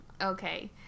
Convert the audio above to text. okay